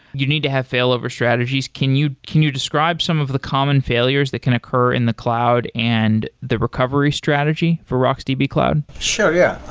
you need to have failover strategies. can you can you describe some of the common failures that can occur in the cloud and the recovery strategy for rocksdb cloud? sure, yeah.